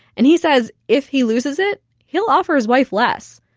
and he says if he loses it, he'll offer his wife less,